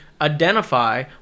identify